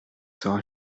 sera